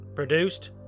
Produced